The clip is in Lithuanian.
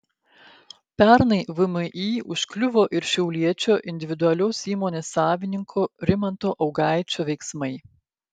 pernai vmi užkliuvo ir šiauliečio individualios įmonės savininko rimanto augaičio veiksmai